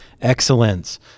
excellence